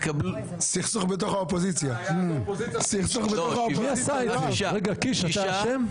הצבעה אושר אין נמנעים.